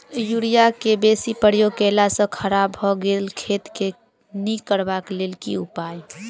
Urea केँ बेसी प्रयोग केला सऽ खराब भऽ गेल खेत केँ नीक करबाक लेल की उपाय?